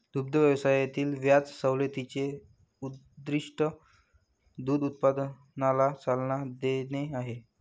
दुग्ध व्यवसायातील व्याज सवलतीचे उद्दीष्ट दूध उत्पादनाला चालना देणे आहे